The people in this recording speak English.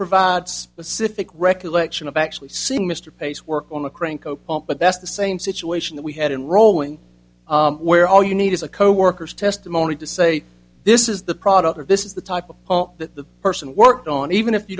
provide specific recollection of actually see mr pace work on the crank open but that's the same situation that we had in rolling where all you need is a co worker's testimony to say this is the product or this is the type of that the person worked on even if you